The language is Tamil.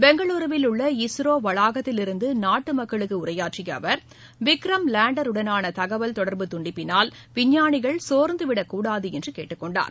பெங்களூருவில் உள்ள இஸ்ரோ வளாகத்திலிருந்து நாட்டு மக்களுக்கு உரையாற்றிய அவர் விக்ரம் லேண்டர்வுடனான தகவல் தொடர்பு துண்டிப்பினால் விஞ்ஞானிகள் சோ்ந்து விடக்கூடாது என்று கேட்டுக் கொண்டார்